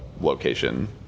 location